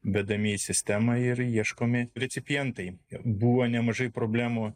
vedami į sistemą ir ieškomi recipientai buvo nemažai problemų